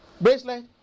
bracelet